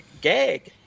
gag